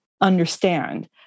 understand